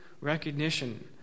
recognition